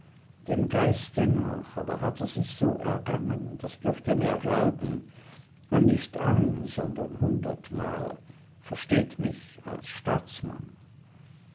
dem geiste nach aber hat er sich so ergangen das dürft ihr mir glauben und nicht ein sondern hundertmal versteht mich als staatsmann